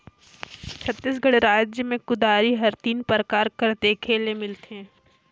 छत्तीसगढ़ राएज मे कुदारी हर तीन परकार कर देखे ले मिलथे